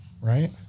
right